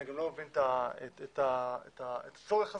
ואני גם לא מבין את הצורך הזה.